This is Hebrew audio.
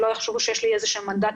שלא יחשבו שיש לי איזה עניין עם גוגל,